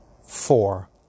Four